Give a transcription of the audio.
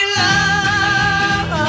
love